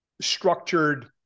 structured